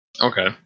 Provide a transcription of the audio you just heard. Okay